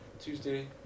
Tuesday